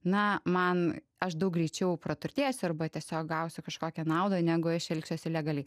na man aš daug greičiau praturtėsiu arba tiesiog gausiu kažkokią naudą negu aš elgsiuosi legaliai